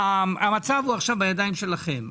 המצב עכשיו הוא בידיים שלכם.